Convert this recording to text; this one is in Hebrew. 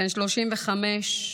בן 35,